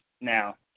Now